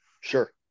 sure